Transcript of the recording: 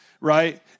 right